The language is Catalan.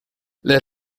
les